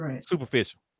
superficial